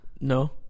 No